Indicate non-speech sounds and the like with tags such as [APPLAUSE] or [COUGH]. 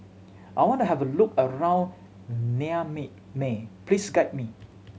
I want to have a look around [UNINTELLIGIBLE] may please guide me